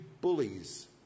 bullies